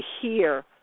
hear